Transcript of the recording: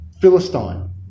Philistine